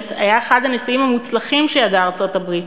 רוזוולט היה אחד הנשיאים המוצלחים שידעה ארצות-הברית,